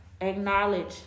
acknowledge